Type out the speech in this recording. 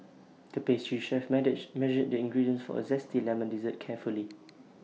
the pastry chef measured the ingredients for A Zesty Lemon Dessert carefully